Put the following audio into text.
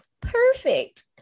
Perfect